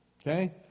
Okay